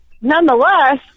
nonetheless